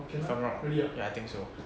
if I'm not wrong ya I think so